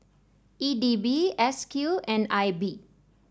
E D B S Q and I B